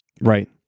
right